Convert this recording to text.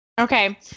Okay